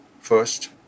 first